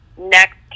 next